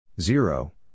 zero